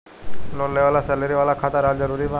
Loan लेवे ला salary वाला खाता रहल जरूरी बा?